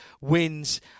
wins